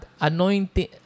anointing